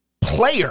player